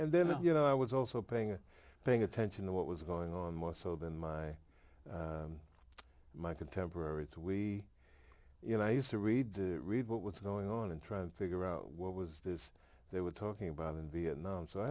and then you know i was also paying paying attention to what was going on more so than my my contemporaries we you know i used to read to read what was going on and try to figure out what was this they were talking about in vietnam so i